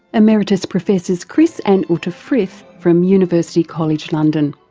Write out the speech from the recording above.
emeritus professors chris and uta frith from university college london.